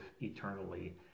eternally